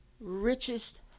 richest